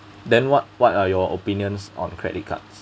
then what what are your opinions on credit cards